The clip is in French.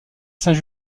saint